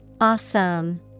Awesome